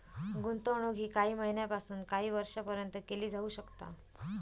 गुंतवणूक ही काही महिन्यापासून काही वर्षापर्यंत केली जाऊ शकता